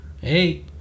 Hey